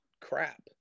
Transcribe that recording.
crap